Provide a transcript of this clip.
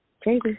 Crazy